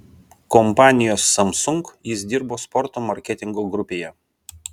kompanijoje samsung jis dirbo sporto marketingo grupėje